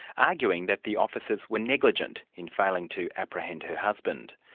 arguing that the officers were negligent in failing to apprehend her husband.